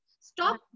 Stop